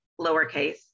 lowercase